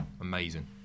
amazing